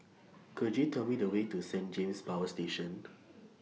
Could YOU Tell Me The Way to Saint James Power Station